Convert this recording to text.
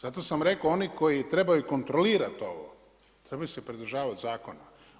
Zato sam rekao, oni koji trebaju kontrolirat ovo trebaju se pridržavat zakona.